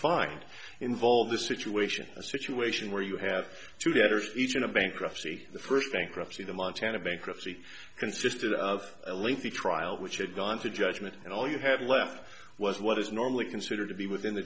find involve the situation a situation where you have two daughters each in a bankruptcy the first bankruptcy the montana bankruptcy consisted of a lengthy trial which had gone to judgment and all you have left was what is normally considered to be within the